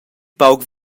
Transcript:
pauc